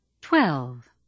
Twelve